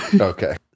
Okay